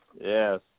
Yes